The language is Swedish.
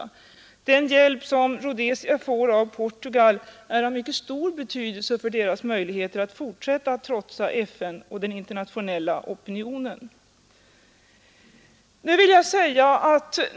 Den hjälp som Rhodesia får av Portugal är av stor betydelse för landets möjligheter att fortsätta att trotsa FN och den internationella opinionen.